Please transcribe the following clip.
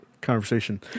conversation